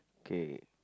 okay